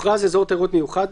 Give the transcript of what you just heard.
12ג.(א)הוכרז אזור תיירות מיוחד,